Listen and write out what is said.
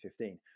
2015